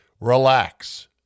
relax